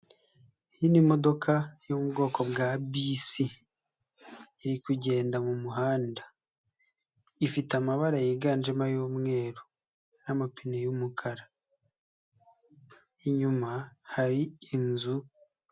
Iyi ni modoka yo mu bwoko bwa bisi iri kugenda mu muhanda, ifite amabara yiganjemo ay'umweru n'amapine y'umukara, inyuma hari inzu.